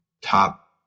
top